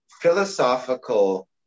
philosophical